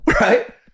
Right